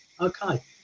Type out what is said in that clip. Okay